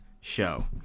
show